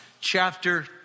chapter